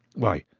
why,